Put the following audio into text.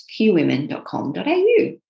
qwomen.com.au